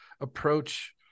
approach